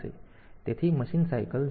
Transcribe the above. તેથી મશીન ચક્ર 0